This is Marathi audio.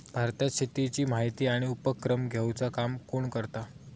भारतात शेतीची माहिती आणि उपक्रम घेवचा काम कोण करता?